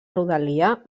rodalia